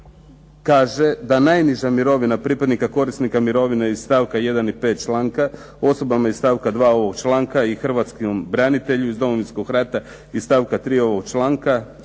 kaže da najniža mirovina pripada korisniku mirovine iz stavka 1. i 5. članka osobama iz stavka 2. ovog članka i hrvatskom branitelju iz Domovinskog rata iz stavka 3. ovog članka